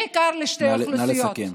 בעיקר לשתי אוכלוסיות, נא לסכם.